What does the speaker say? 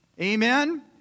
Amen